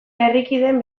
herrikideen